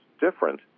different